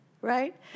right